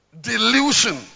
Delusion